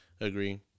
agree